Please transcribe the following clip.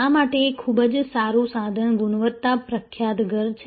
આ માટે એક ખૂબ જ સારું સાધન ગુણવત્તાનું પ્રખ્યાત ઘર છે